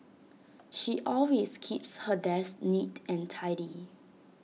she always keeps her desk neat and tidy